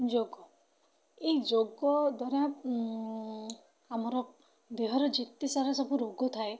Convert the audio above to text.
ଯୋଗ ଏଇ ଯୋଗ ଦ୍ୱାରା ଆମର ଦେହର ଯେତେସାରା ସବୁ ରୋଗ ଥାଏ